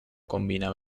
combina